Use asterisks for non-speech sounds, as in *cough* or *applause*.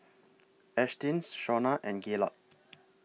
Ashtyn Shauna and Gaylord *noise*